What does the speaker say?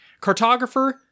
Cartographer